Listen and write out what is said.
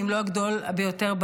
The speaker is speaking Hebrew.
אם לא הגדולים ביותר,